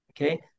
Okay